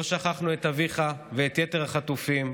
לא שכחנו את אביך ואת יתר החטופים,